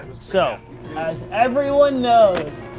so as everyone knows,